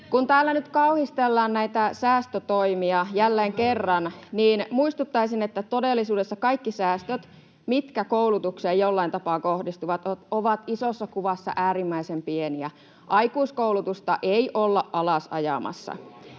Kun täällä nyt kauhistellaan näitä säästötoimia jälleen kerran, [Aki Lindén: Velkamäärä kasvaa!] niin muistuttaisin, että todellisuudessa kaikki säästöt, mitkä koulutukseen jollain tapaa kohdistuvat, ovat isossa kuvassa äärimmäisen pieniä. Aikuiskoulutusta ei olla ajamassa